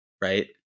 right